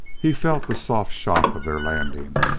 he felt the soft shock of their landing.